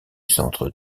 centre